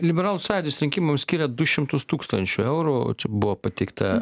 liberalų sąjūdis rinkimams skiria du šimtus tūkstančių eurų čia buvo pateikta